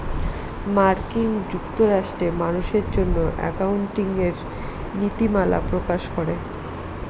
মার্কিন যুক্তরাষ্ট্রে মানুষের জন্য একাউন্টিঙের নীতিমালা প্রকাশ করে